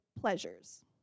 pleasures